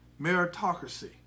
meritocracy